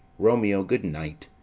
romeo, good night.